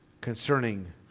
concerning